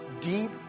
deep